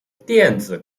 电子